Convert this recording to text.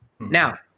Now